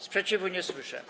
Sprzeciwu nie słyszę.